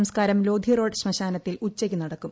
സംസ്കാരം ലോധി റോഡ് ശ്മശാനത്തിൽ ഉച്ചയ്ക്ക് നടക്കും